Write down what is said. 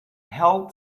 held